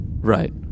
Right